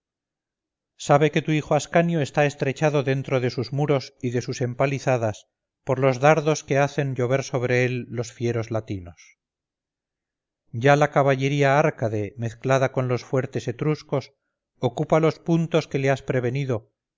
sabe que tu hijo ascanio está estrechado dentro de sus muros y de sus empalizadas por los dardos que hacen llover sobre él los fieros latinos ya la caballería árcade mezclada con los fuertes etruscos ocupa los puntos que le has prevenido